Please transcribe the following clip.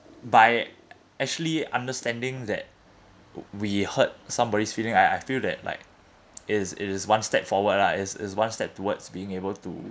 by actually understanding that we hurt somebody's feeling I I feel that like is is one step forward lah is is one step towards being able to